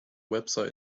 website